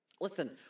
Listen